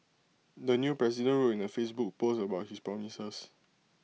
the new president wrote in A Facebook post about his promises